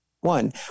one